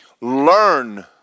learn